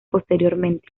posteriormente